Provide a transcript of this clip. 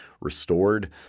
restored